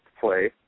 play